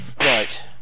right